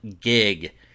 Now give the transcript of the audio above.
gig